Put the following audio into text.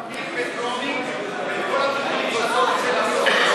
תעביר בטרומית, כל התיקונים שאתה רוצה לעשות,